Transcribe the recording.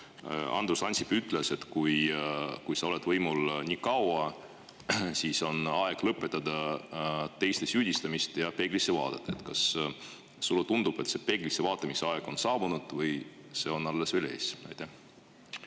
Andrus Ansip ütles, et kui sa oled võimul nii kaua, siis on aeg lõpetada teiste süüdistamine ja vaadata peeglisse. Kas sulle tundub, et see peeglisse vaatamise aeg on saabunud või see on alles ees? Aitäh!